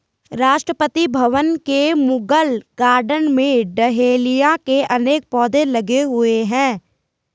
राष्ट्रपति भवन के मुगल गार्डन में डहेलिया के अनेक पौधे लगे हुए हैं